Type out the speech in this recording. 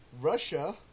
Russia